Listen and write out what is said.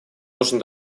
нужно